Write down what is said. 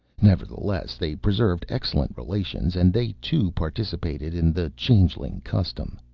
nevertheless, they preserved excellent relations and they, too, participated in the changeling-custom.